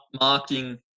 marking